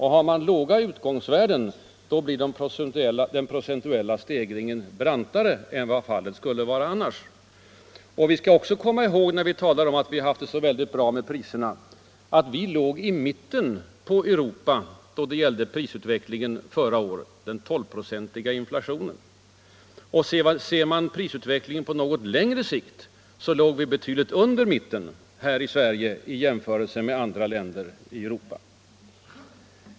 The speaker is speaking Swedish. Har man låga utgångsvärden blir den procentuella stegringen brantare än vad fallet annars skulle vara. Vi skall också komma ihåg, när vi skryter med att vi haft en gynnsammare prisutveckling än andra länder, att vi faktiskt låg i mitten av tabellen för de europeiska länderna då det gällde prisutvecklingen förra året — med vår 12-procentiga inflation. Och ser man prisutvecklingen på något längre sikt finner man att vi här i Sverige låg betydligt över mitten i jämförelse med de andra länderna.